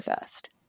first